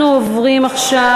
כולם, אנחנו עוברים עכשיו